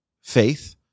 faith